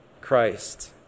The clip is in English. Christ